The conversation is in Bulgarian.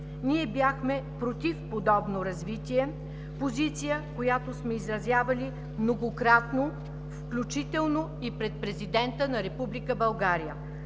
Ние бяхме против подобно развитие – позиция, която сме изразявали многократно, включително и пред президента на Република